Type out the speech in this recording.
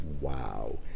Wow